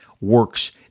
works